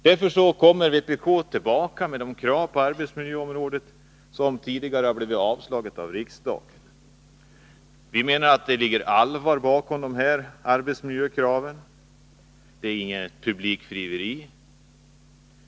Därför återkommer vpk med de krav på arbetsmiljöområdet som tidigare avslagits av riksdagen. Vi menar att det ligger allvar bakom arbetsmiljökravet. Det rör sig inte om något publikfrieri.